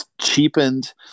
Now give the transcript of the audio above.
cheapened